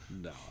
No